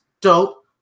dope